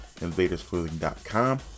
invadersclothing.com